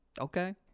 Okay